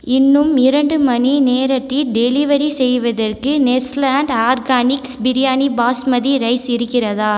இன்னும் இரண்டு மணி நேரத்தில் டெலிவரி செய்வதற்கு நெஸ்லாண்டு ஆர்கானிக்ஸ் பிரியாணி பாஸ்மதி ரைஸ் இருக்கிறதா